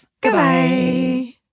Goodbye